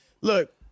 Look